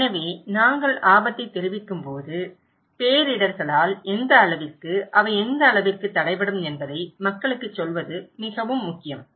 எனவே நாங்கள் ஆபத்தைத் தெரிவிக்கும்போது பேரிடர்களால் எந்த அளவிற்கு அவை எந்த அளவிற்கு தடைபடும் என்பதை மக்களுக்குச் சொல்வது மிகவும் முக்கியம்